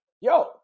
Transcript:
yo